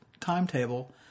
timetable